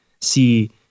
see